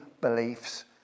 beliefs